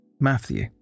Matthew